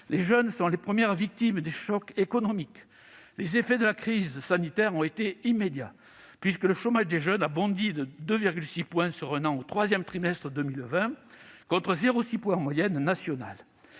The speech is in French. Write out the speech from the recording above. Les jeunes sont les premières victimes des chocs économiques. Les effets de la crise sanitaire ont été immédiats, puisque le chômage des jeunes a bondi de 2,6 points sur un an au troisième trimestre 2020, contre 0,6 point pour la moyenne nationale.